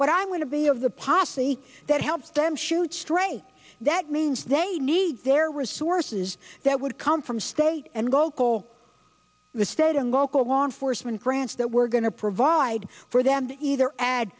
what i'm going to be of the posse that help them shoot straight that means they need their resources that would come from state and local the state and local law enforcement grants that we're going to provide for them to either add